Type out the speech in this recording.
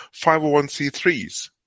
501c3s